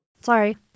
Sorry